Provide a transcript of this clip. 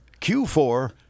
Q4